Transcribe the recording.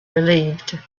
relieved